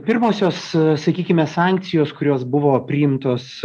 pirmosios sakykime sankcijos kurios buvo priimtos